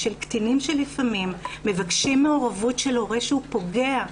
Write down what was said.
של קטינים שלפעמים מבקשים מעורבות של הורה פוגע,